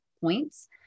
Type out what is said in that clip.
points